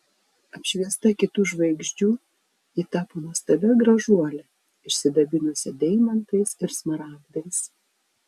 apšviesta kitų žvaigždžių ji tapo nuostabia gražuole išsidabinusia deimantais ir smaragdais